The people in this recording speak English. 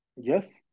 Yes